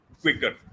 quicker